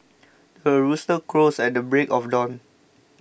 the rooster crows at the break of dawn